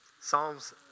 Psalms